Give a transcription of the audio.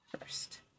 first